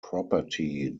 property